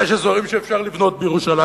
ויש אזורים שאפשר לבנות בירושלים.